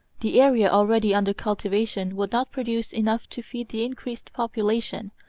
the area already under cultivation would not produce enough to feed the increased population,